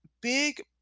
big